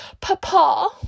Papa